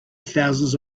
thousands